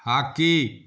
hockey